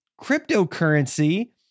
cryptocurrency